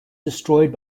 destroyed